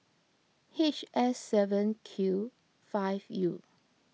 H S seven Q five U